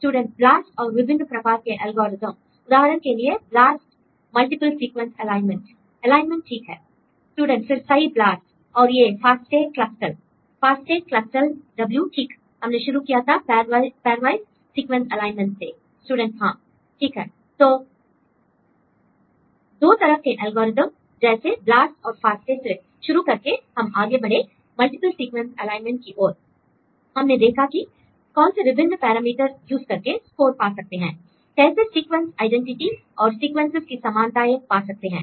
student BLAST और विभिन्न प्रकार के एल्गोरिदम l उदाहरण के लिए BLAST multiple sequence alignment l alignment ठीक है l स्टूडेंट फिर सइ ब्लास्ट l और ये फास्टेक्लस्टल् l फास्टेक्लस्टल्W ठीक हमने शुरू किया था पैर्वाइस् सीक्वेंस एलाइनमेंट से l स्टूडेंट हां l ठीक है l दो तरह के एल्गोरिदम जैसे ब्लास्ट और फास्टे से शुरू करके हम आगे बढ़े मल्टीप्ल सीक्वेंस एलाइनमेंट की ओर l हमने देखा कि कौन से विभिन्न पैरामीटर यूज़ करके स्कोर पा सकते हैं कैसे सीक्वेंस आईडेंटिटी और सीक्वेंसेस की समानताएं पा सकते हैं